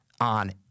on